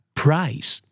price